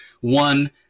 One